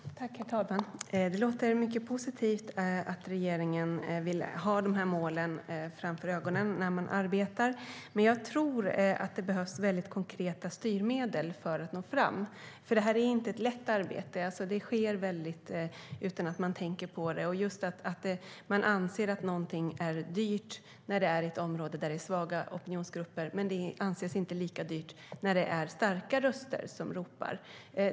Herr talman! Det låter mycket positivt att regeringen vill ha de målen i sitt arbete. Men jag tror att det behövs konkreta styrmedel för att nå fram. Det här är inte ett lätt arbete. Ojämlik trafikplanering sker utan att man tänker på det. Man anser att något är dyrt när det handlar om ett område där opinionsgrupperna är svaga, men det anses inte lika dyrt när det är starka röster som ropar.